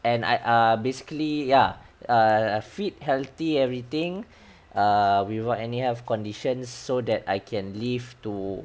and I err basically ya err fit healthy everything err without any health conditions so that I can live to